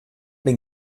den